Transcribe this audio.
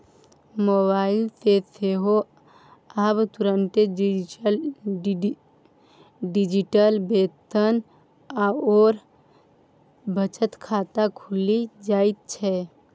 mobile सँ सेहो आब तुरंत डिजिटल वेतन आओर बचत खाता खुलि जाइत छै